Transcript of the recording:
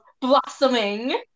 blossoming